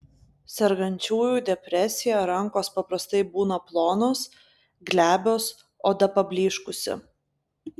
sergančiųjų depresija rankos paprastai būna plonos glebios oda pablyškusi